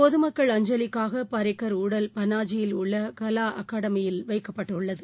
பொதுமக்கள் அஞ்சலிக்காகபரிக்கள் உடல் பனாஜியில் உள்ளகலாஅகடாமியில் வைக்கப்படுகிறது